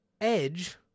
Edge